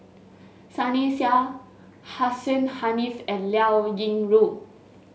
Sunny Sia Hussein Haniff and Liao Yingru